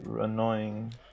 annoying